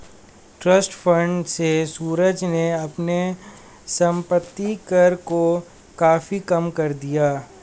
trust fund से सूरज ने अपने संपत्ति कर को काफी कम कर दिया